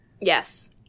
Yes